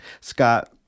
Scott